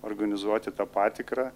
organizuoti tą patikrą